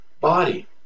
body